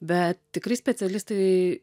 bet tikrai specialistai